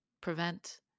prevent